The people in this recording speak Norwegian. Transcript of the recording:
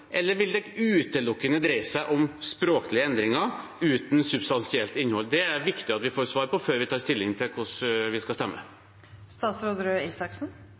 eller vil det utelukkende dreie seg om språklige endringer uten substansielt innhold? Det er det viktig at vi får svar på før vi tar stilling til hvordan vi skal